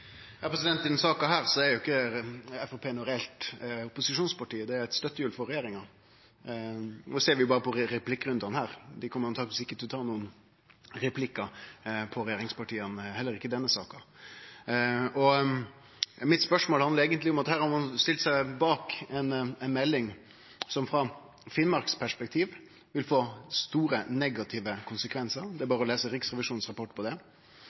eit støttehjul for regjeringa. Det ser vi berre på replikkrundane her. Dei kjem antakeleg ikkje til å ta nokon replikkar på regjeringspartia – heller ikkje i denne saka. Mitt spørsmål handlar eigentleg om at ein her har stilt seg bak ei melding som frå Finnmarks perspektiv vil få store negative konsekvensar – det er berre å lese Riksrevisjonens rapport om det.